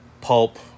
pulp